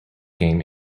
game